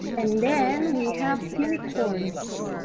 and then we have unicorns.